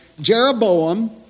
Jeroboam